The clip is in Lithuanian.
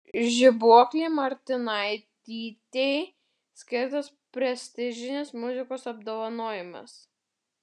žibuoklei martinaitytei skirtas prestižinis muzikos apdovanojimas